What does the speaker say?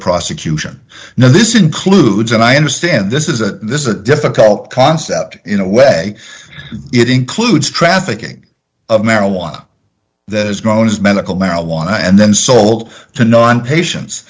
prosecution now this includes and i understand this is a this is a difficult concept in a way it includes trafficking of marijuana that is grown as medical marijuana and then sold to non patien